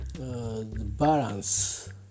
Balance